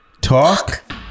Talk